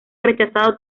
rechazado